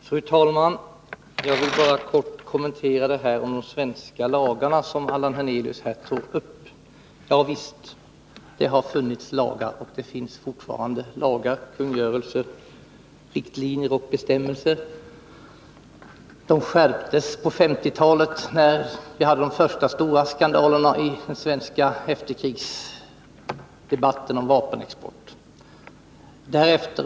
Fru talman! Jag vill bara kort kommentera det som herr Hernelius tog upp om de svenska lagarna. Javisst! Det har funnits lagar, och det finns fortfarande lagar, kungörelser, riktlinjer och bestämmelser. De skärptes på 1950-talet, när vi hade de första stora skandalerna i den svenska efterkrigsdebatten om vapenexport.